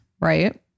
right